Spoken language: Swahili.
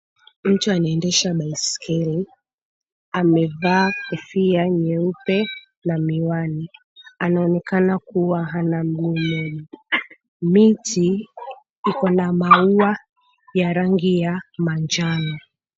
Mtu anaendesha baiskeli. Amevaa kofia nyeupe na miwani anaonekana kuwa hana mguu mmoja. Miti ikona maua ya rangi ya manjano.